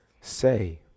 Say